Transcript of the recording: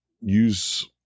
use